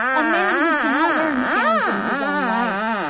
a man who cannot learn stands in his own light.